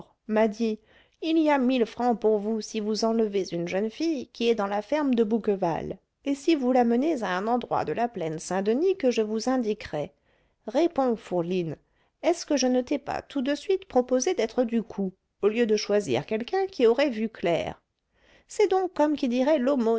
m'a dit il y a mille francs pour vous si vous enlevez une jeune fille qui est dans la ferme de bouqueval et si vous l'amenez à un endroit de la plaine saint-denis que je vous indiquerai réponds fourline est-ce que je ne t'ai pas tout de suite proposé d'être du coup au lieu de choisir quelqu'un qui aurait vu clair c'est donc comme qui dirait